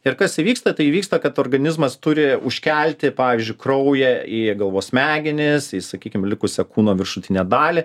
ir kas įvyksta tai įvyksta kad organizmas turi užkelti pavyzdžiui kraują į galvos smegenis į sakykim likusią kūno viršutinę dalį